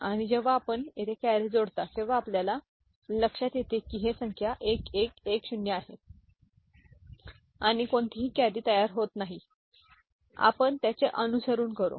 आणि जेव्हा आपण येथे कॅरी जोडता तेव्हा आपल्या लक्षात येते की ही संख्या 1110 आहे आणि कोणतेही कॅरी तयार होत नाही आपण त्याचे अनुसरण करू